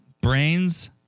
Brains